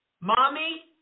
Mommy